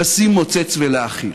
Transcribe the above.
לשים מוצץ ולהאכיל.